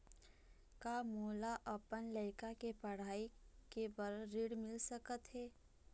का मोला अपन लइका के पढ़ई के बर ऋण मिल सकत हे?